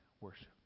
worship